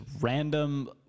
random